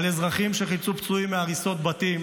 על אזרחים שחילצו פצועים מהריסות בתים,